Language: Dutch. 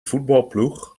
voetbalploeg